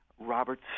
Robert